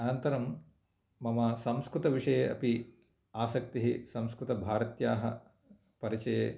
अनन्तरं मम संस्कृतविषये अपि आसक्तिः संस्कृतभारत्याः परिचये